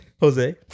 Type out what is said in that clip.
Jose